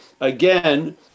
again